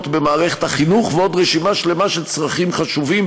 במערכת החינוך ועוד רשימה שלמה של צרכים חשובים,